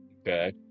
Okay